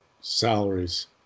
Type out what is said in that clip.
salaries